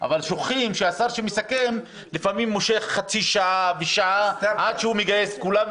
אבל שוכחים שהשר שמסכם לפעמים מושך חצי שעה ושעה עד שהוא מגייס את כולם,